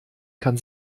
kann